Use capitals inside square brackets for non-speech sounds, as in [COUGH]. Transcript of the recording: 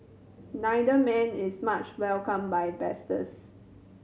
neither man is much welcomed by [UNINTELLIGIBLE]